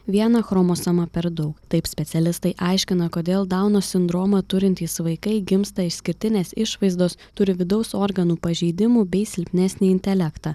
viena chromosoma per daug taip specialistai aiškina kodėl dauno sindromą turintys vaikai gimsta išskirtinės išvaizdos turi vidaus organų pažeidimų bei silpnesnį intelektą